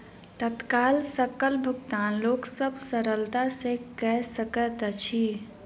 तत्काल सकल भुगतान लोक सभ सरलता सॅ कअ सकैत अछि